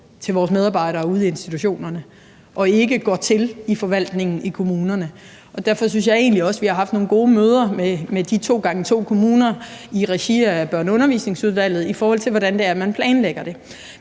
til vores medarbejdere ude i institutionerne og ikke går til i forvaltningen i kommunerne. Derfor synes jeg egentlig også, vi har haft nogle gode møder med de to gange to kommuner i regi af Børne- og Undervisningsudvalget, i forhold til hvordan det er, man planlægger det.